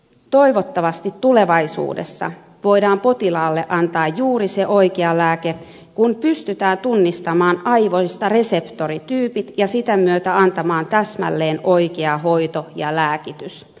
toivottavasti tulevaisuudessa voidaan potilaalle antaa juuri se oikea lääke kun pystytään tunnistamaan aivoista reseptorityypit ja sitä myötä antamaan täsmälleen oikea hoito ja lääkitys